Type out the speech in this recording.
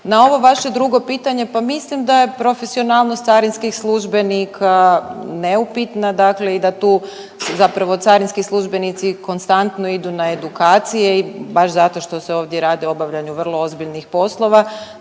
Na ovo vaše drugo pitanje, pa mislim da je profesionalnost carinskih službenika neupitna, dakle i da tu zapravo carinski službenici konstantno idu na edukacije i baš zato što se ovdje radi o obavljanju vrlo ozbiljnih poslova.